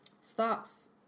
stocks